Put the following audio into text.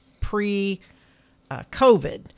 pre-COVID